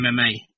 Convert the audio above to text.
MMA